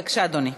בבקשה, אדוני.